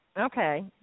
Okay